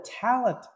talent